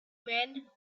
men